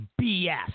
BS